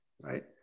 right